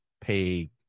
pay